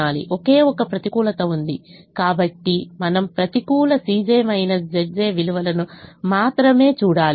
ఒకే ఒక్క ప్రతికూలత ఉంది కాబట్టి మనం ప్రతికూల విలువలను మాత్రమే చూడాలి